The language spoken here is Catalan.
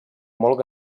molt